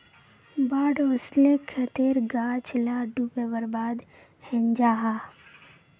बाढ़ ओस्ले खेतेर गाछ ला डूबे बर्बाद हैनं जाहा